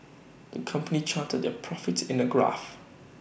the company charted their profits in A graph